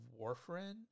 warfarin